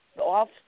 off